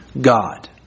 God